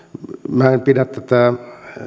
minä en pidä tätä